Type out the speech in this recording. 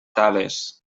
tales